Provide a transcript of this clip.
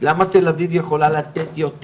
למה תל אביב יכולה יותר לילד?